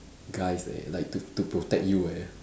guys leh like to to protect you eh